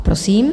Prosím.